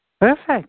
Perfect